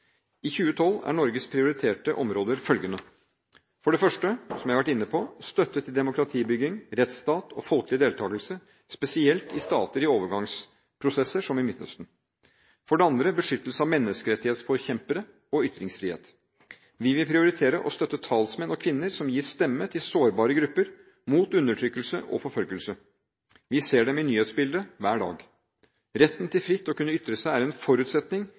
I 2012 er Norges prioriterte områder følgende: For det første, som jeg har vært inne på, støtte til demokratibygging, rettsstat og folkelig deltakelse, spesielt i stater i overgangsprosesser, som i Midtøsten. For det andre, beskyttelse av menneskerettighetsforkjempere og ytringsfrihet. Vi vil prioritere å støtte talsmenn og -kvinner som gir stemme til sårbare grupper mot undertrykkelse og forfølgelse. Vi ser dem i nyhetsbildet hver dag. Retten til fritt å kunne ytre seg er en forutsetning